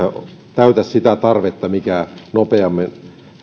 täytä sitä tasoa mikä nopeamman